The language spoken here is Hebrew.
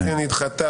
הרביזיה נדחתה.